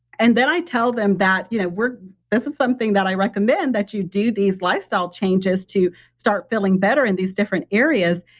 and then i tell them that you know this is something that i recommend, that you do these lifestyle changes to start feeling better in these different areas.